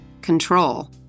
control